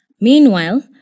Meanwhile